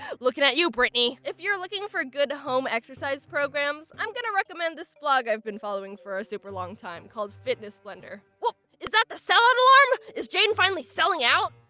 looking at you brittany. if you're looking for good home exercise programs, i'm gonna recommend this blog i've been following for a super long time called fitness blender. woah, is that the sellout alarm? is jaiden finally selling out!